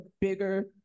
bigger